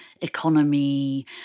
economy